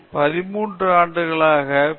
13 ஆண்டுகளுக்கு பிறகு பி